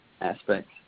aspects